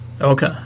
Okay